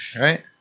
right